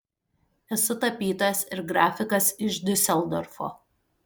esu tapytojas ir grafikas iš diuseldorfo